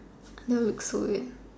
that would look so weird